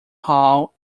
hall